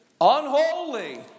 unholy